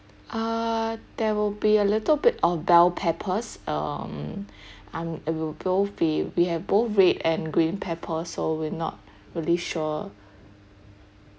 err there will be a little bit of bell peppers um I'm it will both be we have both red and green pepper so we not really sure